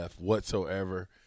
whatsoever